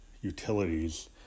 utilities